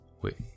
Wait